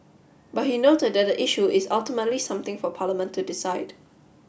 but he noted that the issue is ultimately something for Parliament to decide